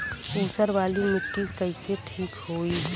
ऊसर वाली मिट्टी कईसे ठीक होई?